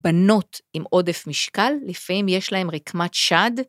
בנות עם עודף משקל, לפעמים יש להן רקמת שד.